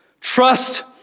trust